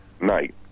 night